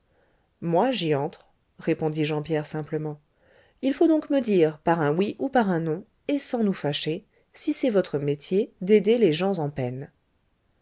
moi j'y entre répondit jean pierre simplement il faut donc me dire par un oui ou par un non et sans nous fâcher si c'est votre métier d'aider les gens en peine